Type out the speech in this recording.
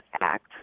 act